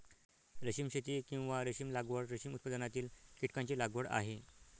रेशीम शेती, किंवा रेशीम लागवड, रेशीम उत्पादनातील कीटकांची लागवड आहे